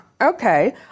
okay